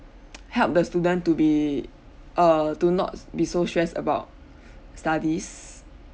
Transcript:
help the student to be err to not be so stressed about studies